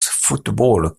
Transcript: futebol